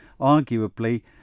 arguably